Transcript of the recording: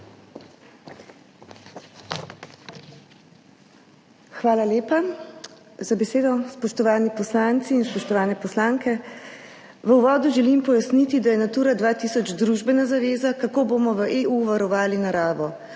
Hvala lepa za besedo. Spoštovani poslanci in spoštovane poslanke! V uvodu želim pojasniti, da je Natura 2000 družbena zaveza, kako bomo v EU varovali naravo.